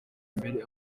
imbere